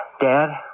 Dad